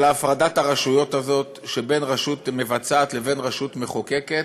על הפרדת הרשויות הזאת שבין הרשות המבצעת לבין הרשות המחוקקת,